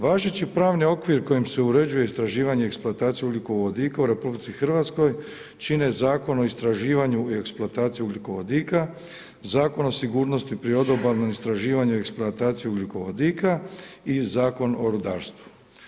Važeći pravni okvir kojim se uređuje istraživanje i eksploatacija ugljikovodika u RH čine Zakon o istraživanju i eksploataciji ugljikovodika, Zakon o sigurnosti pri odobalnom istraživanju i eksploataciji ugljikovodika i Zakon o rudarstvu.